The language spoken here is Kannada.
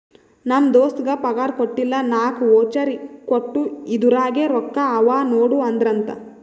ನಮ್ ದೋಸ್ತಗ್ ಪಗಾರ್ ಕೊಟ್ಟಿಲ್ಲ ನಾಕ್ ವೋಚರ್ ಕೊಟ್ಟು ಇದುರಾಗೆ ರೊಕ್ಕಾ ಅವಾ ನೋಡು ಅಂದ್ರಂತ